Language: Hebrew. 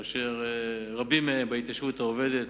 שרבים מהם בהתיישבות העובדת,